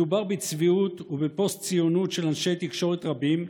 מדובר בצביעות ובפוסט-ציונות של אנשי תקשורת רבים,